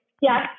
yes